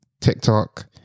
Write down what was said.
tiktok